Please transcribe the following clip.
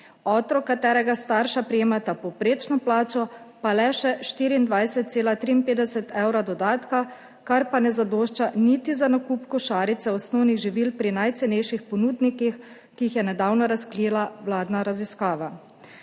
otrok, katerega starša prejemata povprečno plačo, pa le še 24,53 evrov dodatka, kar pa ne zadošča niti za nakup košarice osnovnih živil pri najcenejših ponudnikih, ki jih je nedavno razkrila vladna raziskava.